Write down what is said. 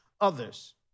others